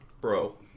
Bro